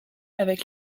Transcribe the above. avec